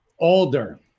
Older